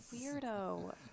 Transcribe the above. Weirdo